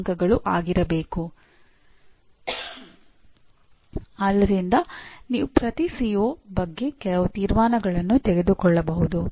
ಆದ್ದರಿಂದ ನೀವು ಪ್ರತಿ ಸಿಒ ಬಗ್ಗೆ ಕೆಲವು ತೀರ್ಮಾನಗಳನ್ನು ತೆಗೆದುಕೊಳ್ಳಬಹುದು